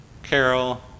carol